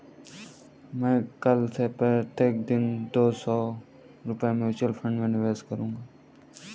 मैं कल से प्रत्येक दिन दो सौ रुपए म्यूचुअल फ़ंड में निवेश करूंगा